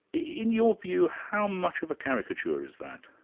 in your view, how much of a caricature is that?